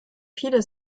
viele